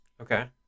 okay